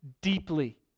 deeply